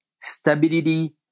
stability